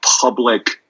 public